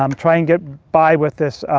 um try and get by with this